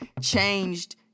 changed